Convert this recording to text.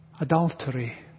adultery